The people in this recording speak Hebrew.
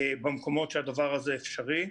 במקומות שהדבר הזה אפשרי.